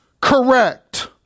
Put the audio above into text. correct